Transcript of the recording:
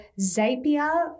Zapier